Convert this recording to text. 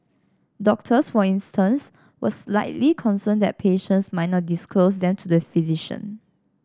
doctors for instance were slightly concerned that patients might not disclose them to the physician